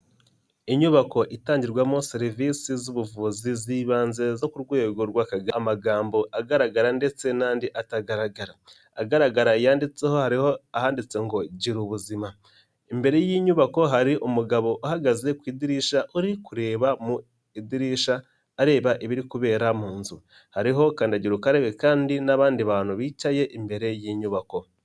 Inyubako itangirwamo serivisi z'ubuvuzi zibanze zo ku rwego rw amagambo agaragara ndetse n'andi atagaragara agaragara yanditseho hariho ahanditse ngo Gira ubuzima. Imbere y'inyubako hari umugabo uhagaze ku idirishya uri kureba mu idirisha areba ibiri kubera mu nzu hariho kandagira ukarabe kandi n'abandi bantu bicaye imbere y'inyubako.